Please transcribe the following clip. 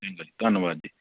ਚੰਗਾ ਜੀ ਧੰਨਵਾਦ ਜੀ